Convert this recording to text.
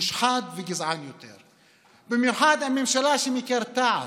מושחת וגזען יותר, במיוחד עם ממשלה שמקרטעת,